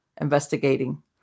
investigating